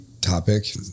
topic